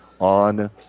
on